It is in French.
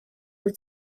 aux